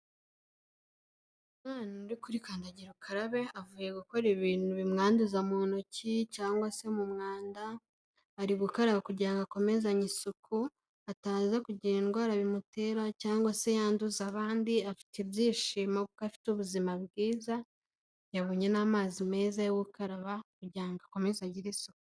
Umwana uri kuri kandagira ukarabe, avuye gukora ibintu bimwanduza mu ntoki cyangwa se mu mwanda, ari gukaraba kugira ngo akomezanye isuku, ataza kugira indwara bimutera cyangwa se yanduza abandi, afite ibyishimo kuko afite ubuzima bwiza, yabonye n'amazi meza yo gukaraba kugira ngo akomeze agire isuku.